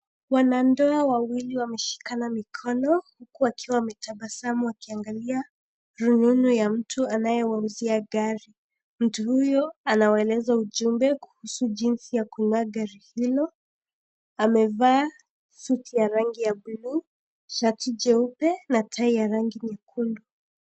Wanandoa wawili wameshikana mikono huku wakiwa wametabasamu wakiangalia rununu ya mtu anayewauzia gari, mtu huyo anawaelezea ujumbe kuhusu jinsi ya kununua gari hilo. Amevaa suti ya rangi ya bluu shati jeupe na tai ya rangi nyekundu.